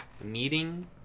meeting